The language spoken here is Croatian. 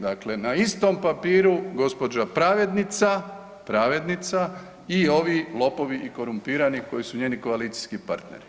Dakle na istom papiru gospođa pravednica, pravednica i ovi lopovi i korumpirani koji su njeni koalicijski partneri.